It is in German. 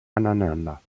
aneinander